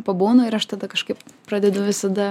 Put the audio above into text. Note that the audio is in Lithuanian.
pabūnu ir aš tada kažkaip pradedu visada